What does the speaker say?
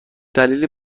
دلیلی